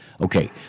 Okay